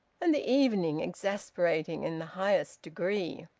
and the evening exasperating in the highest degree.